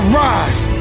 rise